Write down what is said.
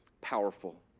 powerful